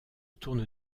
tourne